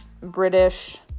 British